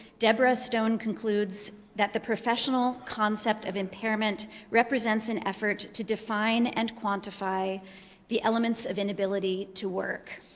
deborah stone concludes that the professional concept of impairment represents an effort to define and quantify the elements of inability to work,